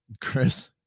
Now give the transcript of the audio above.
Chris